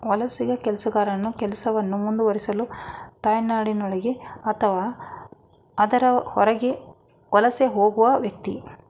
ವಲಸಿಗ ಕೆಲಸಗಾರನು ಕೆಲಸವನ್ನು ಮುಂದುವರಿಸಲು ತಾಯ್ನಾಡಿನೊಳಗೆ ಅಥವಾ ಅದರ ಹೊರಗೆ ವಲಸೆ ಹೋಗುವ ವ್ಯಕ್ತಿ